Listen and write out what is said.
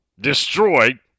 Destroyed